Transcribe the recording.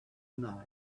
night